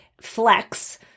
flex